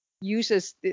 uses